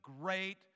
great